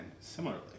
similarly